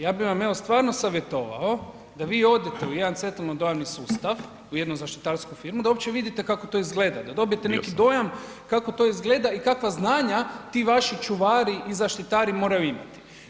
Ja bi vam evo stvarno savjetovao da vi odete u jedan Centralni dojavni sustav u jednu zaštitarsku firmu da uopće vidite kako to izgleda, da dobijete neki dojam kako to izgleda i kakva znanja ti vaši čuvari i zaštiti moraju imati.